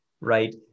right